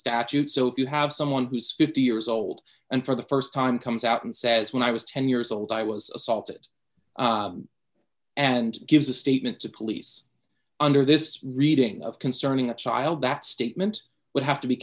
statute so if you have someone who's fifty years old and for the st time comes out and says when i was ten years old i was assaulted and gives a statement to police under this reading of concerning a child that statement would have to be